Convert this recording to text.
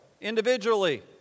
Individually